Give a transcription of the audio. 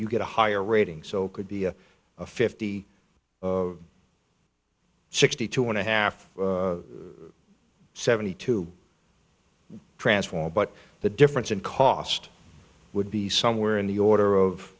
you get a higher rating so could be a fifty sixty two and a half seventy two transform but the difference in cost would be somewhere in the order of